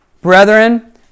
Brethren